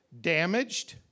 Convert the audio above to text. damaged